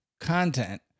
content